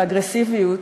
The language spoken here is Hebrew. באגרסיביות,